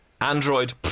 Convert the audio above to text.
Android